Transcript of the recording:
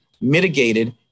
mitigated